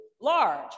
large